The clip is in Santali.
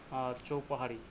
ᱟᱨ ᱪᱳᱣ ᱯᱟᱦᱟᱲᱤ